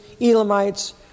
Elamites